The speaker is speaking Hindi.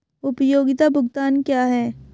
उपयोगिता भुगतान क्या हैं?